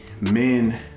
men